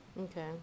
Okay